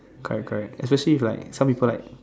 correct correct especially if like some people like